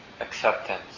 acceptance